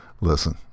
Listen